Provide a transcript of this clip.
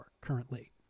currently